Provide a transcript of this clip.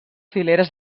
fileres